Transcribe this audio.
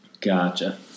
Gotcha